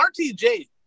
RTJ